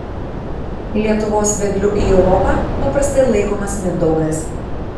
lietuvos vedliu į europą paprastai laikomas mindaugas